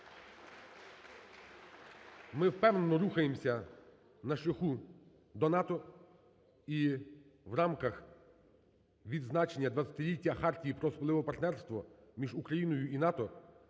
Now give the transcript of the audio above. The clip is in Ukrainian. Ми впевнено рухаємося на шляху до НАТО, і в рамках відзначення 20-ліття Хартії про особливе партнерство між Україною і НАТО